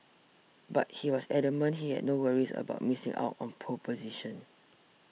but he was adamant he had no worries about missing out on pole position